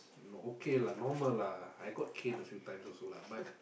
okay lah normal lah I got caned a few times also lah but